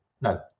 no